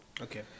Okay